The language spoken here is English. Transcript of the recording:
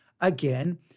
again